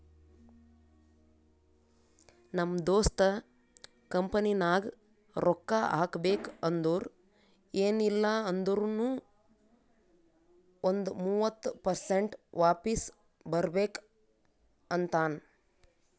ನಮ್ ದೋಸ್ತ ಕಂಪನಿನಾಗ್ ರೊಕ್ಕಾ ಹಾಕಬೇಕ್ ಅಂದುರ್ ಎನ್ ಇಲ್ಲ ಅಂದೂರ್ನು ಒಂದ್ ಮೂವತ್ತ ಪರ್ಸೆಂಟ್ರೆ ವಾಪಿಸ್ ಬರ್ಬೇಕ ಅಂತಾನ್